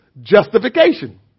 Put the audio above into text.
justification